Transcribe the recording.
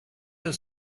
her